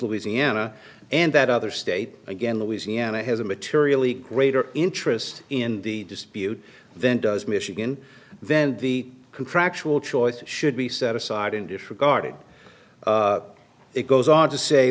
louisiana and that other state again louisiana has a materially greater interest in the dispute then does michigan then the contractual choice should be set aside in disregarded it goes on to say